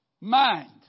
mind